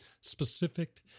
specific